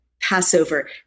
Passover